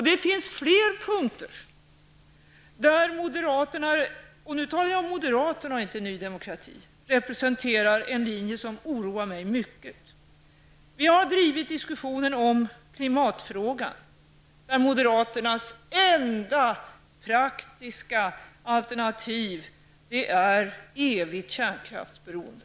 Det finns flera punkter där moderaterna -- nu talar jag om moderaterna, inte om Ny demokrati -- representerar en linje som oroar mig mycket. Vi har drivit diskussioner om klimatfrågor, där moderaternas enda praktiska alternativ är evigt kärnkraftsberoende.